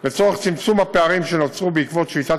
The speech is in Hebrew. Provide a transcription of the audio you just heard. לצורך צמצום הפערים שנוצרו בעקבות שביתת